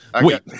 Wait